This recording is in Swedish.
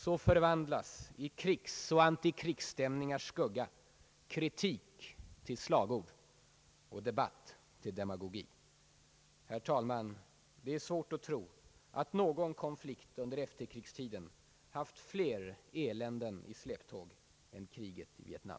Så förvandlas i krigsoch antikrigsstämningars skugga kritik till slagord och debatt till demagogi. Herr talman! Det är svårt att tro att någon konflikt under efterkrigstiden haft fler eländen i släptåg än kriget i Vietnam.